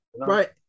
Right